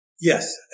Yes